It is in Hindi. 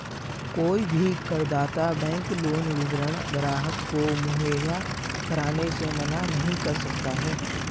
कोई भी करदाता बैंक लोन विवरण ग्राहक को मुहैया कराने से मना नहीं कर सकता है